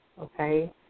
okay